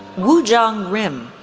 woojong rim,